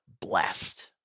blessed